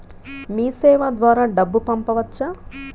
మీసేవ ద్వారా డబ్బు పంపవచ్చా?